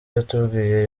yatubwiye